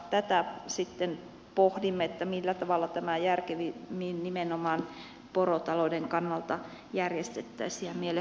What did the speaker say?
tätä sitten pohdimme millä tavalla tämä järkevimmin nimenomaan porotalouden kannalta järjestettäisiin